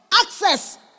access